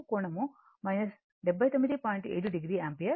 7 o ampere వస్తుంది